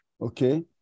okay